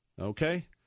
Okay